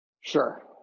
Sure